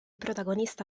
protagonista